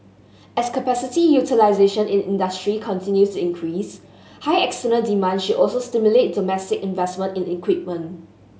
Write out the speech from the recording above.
as capacity utilisation in industry continues increase high external demand should also stimulate domestic investment in equipment